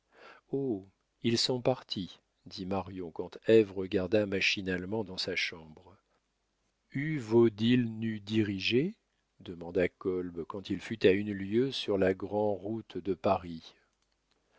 oh ils sont partis dit marion quand ève regarda machinalement dans sa chambre u vaud il nus diriger demanda kolb quand il fut à une lieue sur la grande route de paris